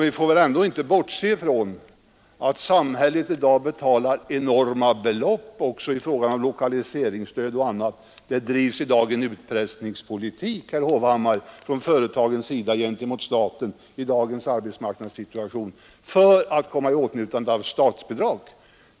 Vi får väl ändå inte bortse från att samhället i dag betalar enorma belopp också i form av lokaliseringsstöd och annat. Det drivs en utpressningspolitik, herr Hovhammar, från företagens sida gentemot staten i dagens arbetsmarknadssituation för att komma i åtnjutande av statsbidrag.